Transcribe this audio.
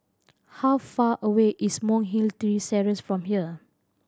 how far away is Monk Hill three Terrace from here